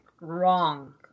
wrong